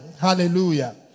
Hallelujah